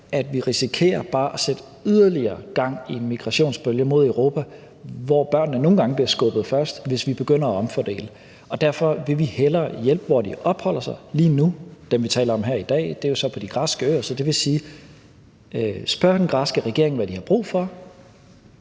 at vi risikerer bare at sætte yderligere gang i en migrationsbølge mod Europa, hvor børnene nogle gange bliver skubbet først, hvis vi begynder at omfordele. Derfor vil vi hellere hjælpe der, hvor de opholder sig lige nu – og dem, vi taler om her i dag, er så på de græske øer. Så det vil sige, at vi skal spørge den græske regering, hvad de har brug for,